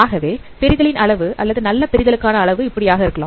ஆகவே பிரிதலின் அளவு அல்லது நல்ல பிரிதலுக்கான அளவு இப்படியாக இருக்கலாம்